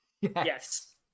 Yes